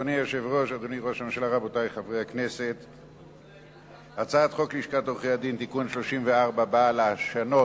יעלה ויבוא יושב-ראש ועדת החוקה, חוק ומשפט, להציג